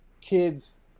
kids